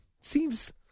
Seems